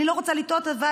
אני לא רוצה לטעות, אבל